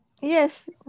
Yes